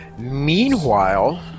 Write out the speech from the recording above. Meanwhile